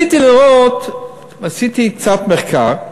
עשיתי קצת מחקר,